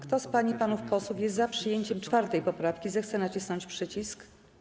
Kto z pań i panów posłów jest za przyjęciem 4. poprawki, zechce nacisnąć przycisk.